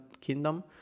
Kingdom